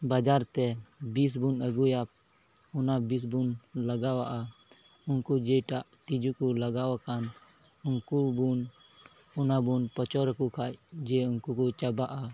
ᱵᱟᱡᱟᱨ ᱛᱮ ᱵᱤᱥ ᱵᱚᱱ ᱟᱹᱜᱩᱭᱟ ᱚᱱᱟ ᱵᱤᱥ ᱵᱚᱱ ᱞᱟᱜᱟᱣᱟᱜᱼᱟ ᱩᱱᱠᱩ ᱡᱮᱴᱟᱜ ᱛᱤᱸᱡᱩ ᱠᱚ ᱞᱟᱜᱟᱣ ᱠᱟᱱ ᱩᱱᱠᱩ ᱵᱚᱱ ᱚᱱᱟ ᱵᱚᱱ ᱯᱚᱪᱚᱨ ᱟᱠᱚ ᱠᱷᱟᱱ ᱡᱮ ᱩᱱᱠᱩ ᱠᱚ ᱪᱟᱵᱟᱜᱼᱟ